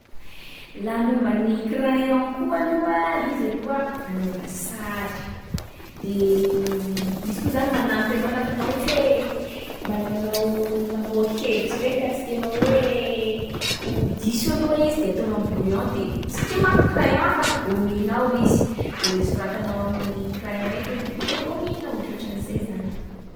Laha momba ny crayon koa aloha, izy aloha anaova sary. De izy koa zany manampy anao lafa anao ohatra hoe manaonao mamoaky hevitsy regny ka tsy tena hoe ho diso aloha izy de ataonao am'brouillon de- satria manko crayon afaky gaominao izy de soratanao amin’ny crayon eky aloha de bakeo gaominao. Ohatrohatran’zay zany.